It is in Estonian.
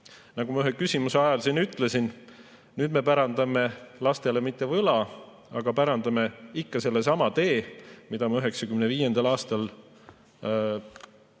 Nagu ma ühe küsimuse ajal siin ütlesin: nüüd me pärandame lastele mitte võla, aga pärandame ikka sellesama tee, kus ma 1995. aastal